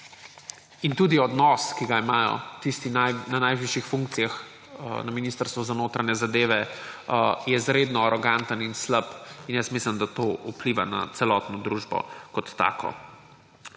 in tudi odnos, ki ga imajo tisti na najvišjih funkcijah na Ministrstvu za notranje zadeve, je izredno aroganten in slab in mislim, da to vpliva na celotno družbo kot tako.